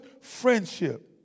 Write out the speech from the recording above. friendship